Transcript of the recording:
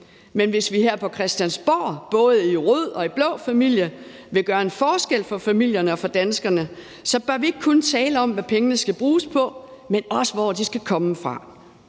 men hvis vi her fra Christiansborgs side både i rød og blå familie vil gøre en forskel for familierne og for danskerne, bør vi ikke kun tale om, hvad pengene skal bruges på, men også, hvor de skal komme fra.